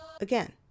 Again